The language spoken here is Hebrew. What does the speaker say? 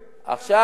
עכשיו.